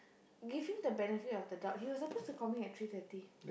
give him the benefit of the doubt he was supposed to call me at three thirty